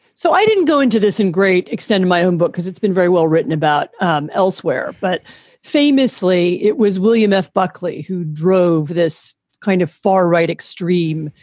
so i didn't go into this in great extend my own book because it's been very well written about um elsewhere. but famously, it was william f. buckley who drove this kind of far right extreme,